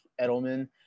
Edelman